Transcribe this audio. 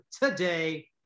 today